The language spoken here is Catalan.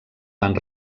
van